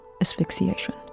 asphyxiation